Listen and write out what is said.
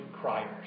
criers